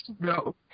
No